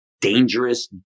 dangerous